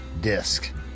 Disc